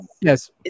yes